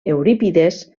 eurípides